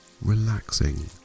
relaxing